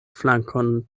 flankon